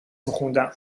میخوندم